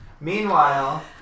Meanwhile